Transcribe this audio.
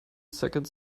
second